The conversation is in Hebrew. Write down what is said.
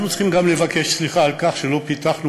אנחנו צריכים גם לבקש סליחה על כך שלא פיתחנו